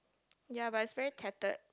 ya but it's very tattered